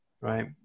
right